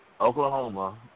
Oklahoma